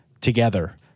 together